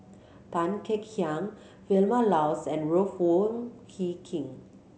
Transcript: Tan Kek Hiang Vilma Laus and Ruth Wong Hie King